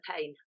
pain